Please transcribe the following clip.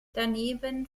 daneben